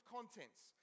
Contents